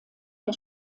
der